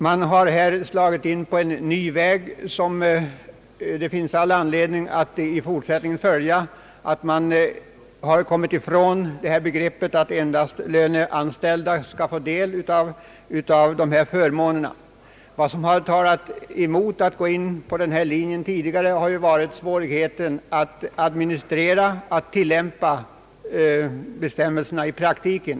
Man har här slagit in på en ny väg som det finns all anledning att i fortsättningen följa, då man lösgjort sig från uppfattningen att endast löneanställda skall få del av samhällets trygghetsåtgärder på detta område. Vad som tidigare talat mot att gå in på denna linje har varit svårigheten att tillämpa bestämmelserna i praktiken.